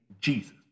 Jesus